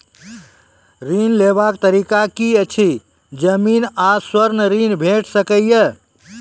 ऋण लेवाक तरीका की ऐछि? जमीन आ स्वर्ण ऋण भेट सकै ये?